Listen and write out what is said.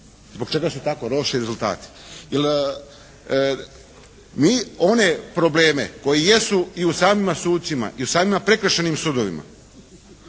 Zbog čega su tako loši rezultati. Jer mi one probleme koji jesu i u samima sucima i u samima prekršajnim sudovima